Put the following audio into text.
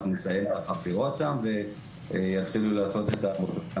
אנחנו נסיים את החפירות שם ויתחילו לעשות את עבודות ההנגשה.